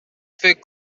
فکر